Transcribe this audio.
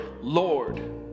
lord